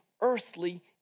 earthly